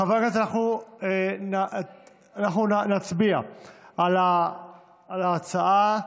חברי הכנסת, אנחנו נצביע על ההצעה,